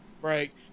break